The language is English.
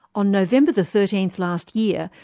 on november thirteenth last year,